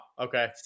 Okay